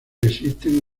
existen